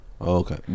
okay